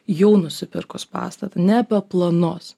jau nusipirkus pastatą ne apie planus